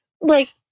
Like-